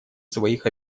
своих